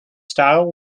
style